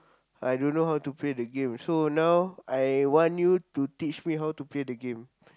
I don't know how to play the game so now I want you to teach me how to play the game